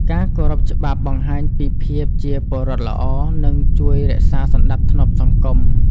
ការគោរពច្បាប់បង្ហាញពីភាពជាពលរដ្ឋល្អ និងជួយរក្សាសណ្តាប់ធ្នាប់សង្គម។